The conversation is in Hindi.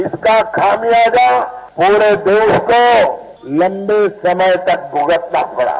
इसका खामियाजा प्ररे देश को लम्बे समय तक भुगतना पड़ा